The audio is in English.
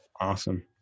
Awesome